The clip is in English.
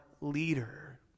leader